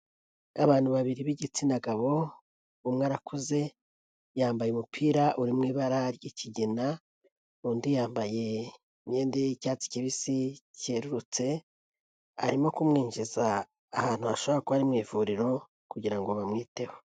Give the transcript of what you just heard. Abantu babiri b'igitsina gabo umwe arakuze yambaye umupira uri mu ibara ry'ikigina undi yambaye imyenda ye y'icyatsi kibisi cyerurutse, arimo kumwinjiza ahantu hashobora kuba mu ivuriro kugirango bamwiteho.